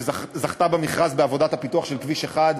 שזכתה במכרז לעבודת הפיתוח של כביש 1,